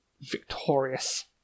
victorious